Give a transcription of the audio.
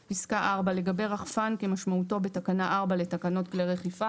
"(4) לגבי רחפן - כמשמעותו בתקנה 4 לתקנות כלי רחיפה".